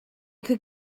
could